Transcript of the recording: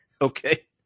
okay